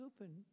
open